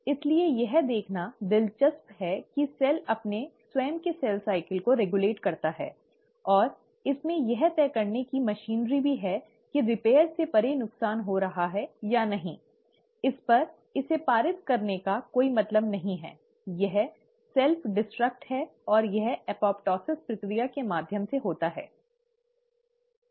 इसलिए यह देखना दिलचस्प है कि सेल अपने स्वयं के सेल साइकिल को रेगुलेट करता है और इसमें यह तय करने के लिए मशीनरी भी है कि रिपेयर से परे नुकसान हो रहा है या नहीं इस पर इसे पारित करने का कोई मतलब नहीं हैयह आत्म विनाश है और यह एपोप्टोसिस प्रक्रिया के माध्यम से होता है